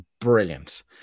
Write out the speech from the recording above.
brilliant